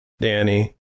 Danny